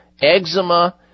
eczema